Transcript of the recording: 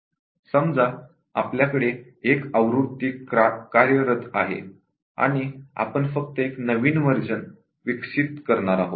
समजा आपल्याकडे एक व्हर्जन कार्यरत आहे आणि आपण फक्त एक नवीन अपडेट विकसित करणार आहोत